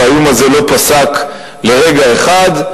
והאיום הזה לא פסק לרגע אחד,